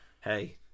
Hey